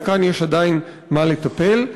וכאן יש עדיין מה לטפל.